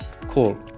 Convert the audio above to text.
Cool